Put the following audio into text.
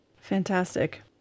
Fantastic